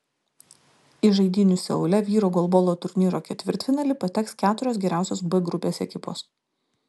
į žaidynių seule vyrų golbolo turnyro ketvirtfinalį pateks keturios geriausios b grupės ekipos